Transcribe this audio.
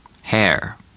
Hair